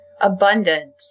abundant